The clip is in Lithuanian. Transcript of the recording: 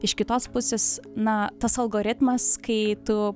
iš kitos pusės na tas algoritmas kai tu